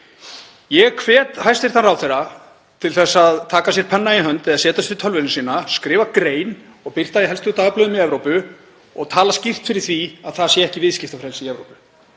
Ég hvet hæstv. ráðherra til að taka sér penna í hönd eða setjast við tölvuna sína, skrifa grein og birta í helstu dagblöðum í Evrópu og tala skýrt fyrir því að það sé ekki viðskiptafrelsi í Evrópu.